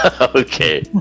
Okay